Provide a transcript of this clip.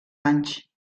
anys